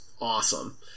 awesome